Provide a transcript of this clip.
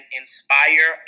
inspire